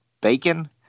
bacon